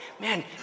man